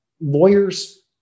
lawyers